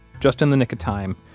just in the nick of time,